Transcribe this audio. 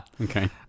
Okay